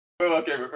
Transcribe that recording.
Okay